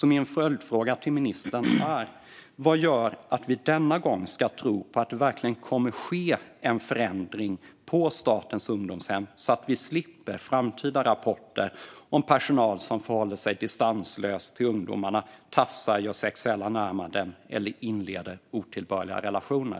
Min följdfråga till ministern är: Vad gör att vi denna gång ska tro på att det verkligen kommer att ske en förändring på statens ungdomshem så att vi slipper framtida rapporter om personal som förhåller sig distanslöst till ungdomarna, tafsar, gör sexuella närmanden eller inleder otillbörliga relationer?